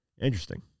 Interesting